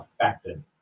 affected